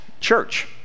church